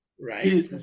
Right